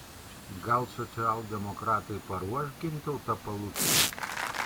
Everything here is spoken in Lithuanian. gal socialdemokratai paruoš gintautą palucką